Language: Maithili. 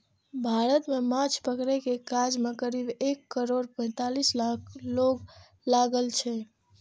भारत मे माछ पकड़ै के काज मे करीब एक करोड़ पैंतालीस लाख लोक लागल छै